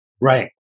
Right